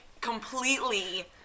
completely